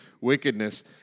wickedness